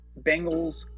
Bengals